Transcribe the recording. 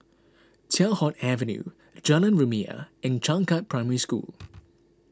Teow Hock Avenue Jalan Rumia and Changkat Primary School